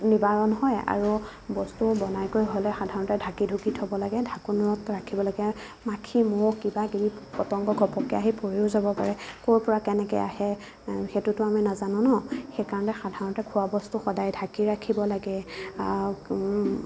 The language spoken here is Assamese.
নিবাৰণ হয় আৰু বস্তুবোৰ বনাই কৰি হ'লে সাধাৰণতে ঢাকি ঢুকি থ'ব লাগে ঢাকোনত ৰাখিব লাগে মাখি মহ কিবা কিবি পতংগ ঘপককৈ আহি পৰিও যাব পাৰে ক'ৰ পৰা কেনেকৈ আহে সেইটোতো আমি নেজানো ন সেইকাৰণে সাধাৰণতে খোৱা বস্তু সদায় ঢাকি ৰাখিব লাগে